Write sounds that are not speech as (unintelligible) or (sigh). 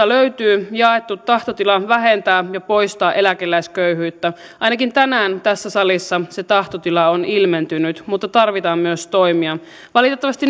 (unintelligible) löytyy jaettu tahtotila vähentää ja poistaa eläkeläisköyhyyttä ainakin tänään tässä salissa se tahtotila on ilmentynyt mutta tarvitaan myös toimia valitettavasti (unintelligible)